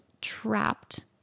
trapped